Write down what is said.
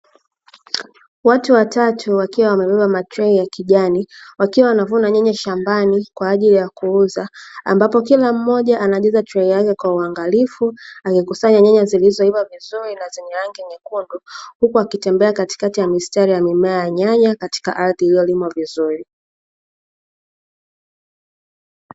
Watu watatu wakiwa wamebeba matrei ya kijani, wakiwa wanavuna nyanya shambani kwaajili ya kuuza, ambapo kila mmoja anajaza trei yake kwa uangalifu, akikusanya nyanya zilizoiva vizuri na zenye rangi nyekundu, huku akitembea katikati ya mistari ya mimea ya nyanya katika ardhi iliyolimwa vizuri.